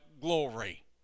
glory